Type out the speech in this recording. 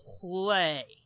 Play